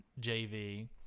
JV